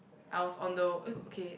I was on the eh okay